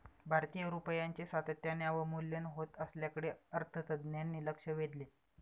भारतीय रुपयाचे सातत्याने अवमूल्यन होत असल्याकडे अर्थतज्ज्ञांनी लक्ष वेधले